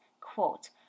quote